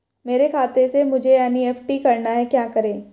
मेरे खाते से मुझे एन.ई.एफ.टी करना है क्या करें?